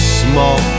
small